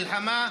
מלחמה,